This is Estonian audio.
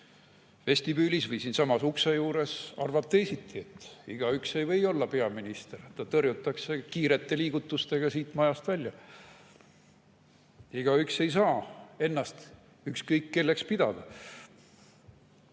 vestibüülis või siinsamas ukse juures arvab teisiti. Igaüks ei või olla peaminister. Ta tõrjutakse kiirete liigutustega siit majast välja. Igaüks ei saa ennast ükskõik kelleks pidada.